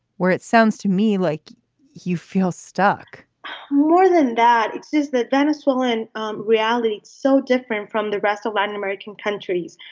where it sounds to me like you feel stuck more than that it's is the venezuelan um reality is so different from the rest of latin american countries.